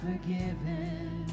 forgiven